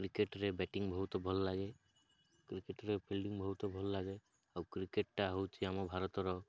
କ୍ରିକେଟ୍ରେ ବ୍ୟାଟିଂ ବହୁତ ଭଲ ଲାଗେ କ୍ରିକେଟ୍ରେ ଫିଲ୍ଡିଂ ବହୁତ ଭଲ ଲାଗେ ଆଉ କ୍ରିକେଟ୍ଟା ହେଉଛି ଆମ ଭାରତର